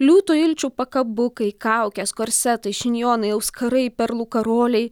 liūtų ilčių pakabukai kaukės korsetai šinjonai auskarai perlų karoliai